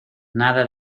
nada